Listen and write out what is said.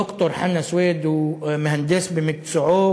ד"ר חנא סוייד הוא מהנדס במקצועו,